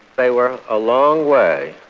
they were a long way